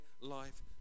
life